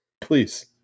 Please